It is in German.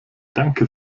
danke